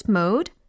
mode